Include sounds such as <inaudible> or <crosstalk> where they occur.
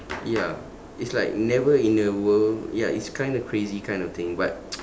ya it's like never in the world ya it's kind of crazy kind of thing but <noise>